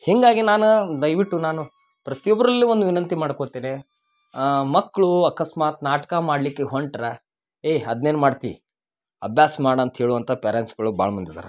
ಹೀಗಾಗಿ ನಾನು ದಯವಿಟ್ಟು ನಾನು ಪ್ರತಿ ಒಬ್ಬರಲ್ಲೂ ಒಂದು ವಿನಂತಿ ಮಾಡ್ಕೊತೇನೆ ಮಕ್ಕಳು ಅಕಸ್ಮಾತು ನಾಟಕ ಮಾಡಲಿಕ್ಕೆ ಹೊಂಟ್ರ ಏಯ್ ಅದ್ನ ಏನು ಮಾಡ್ತಿ ಅಭ್ಯಾಸ ಮಾಡಿ ಅಂತ ಹೇಳುವಂಥ ಪೇರೆಂಟ್ಸ್ಗಳು ಭಾಳ ಮಂದಿ ಅದಾರ